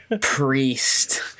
Priest